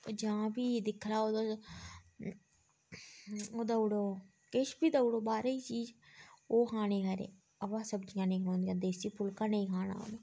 जां फ्ही दिक्खी लैओ तुस ओह् देउड़ो किश बी देउड़ो बाह्रै दी चीज ओह् खाने खरै अवा सब्जियां नी खलोंदियां देसी फुल्का नेईं खाना